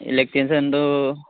ইলেক্ট্ৰিচিয়ানটো